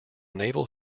naval